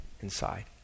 inside